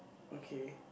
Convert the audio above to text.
okay